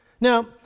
Now